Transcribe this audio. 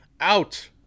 out